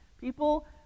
People